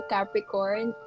Capricorn